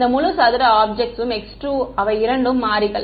இந்த முழு சதுர ஆப்ஜெக்ட்ஸும் x2 அவை இரண்டு மாறிகள்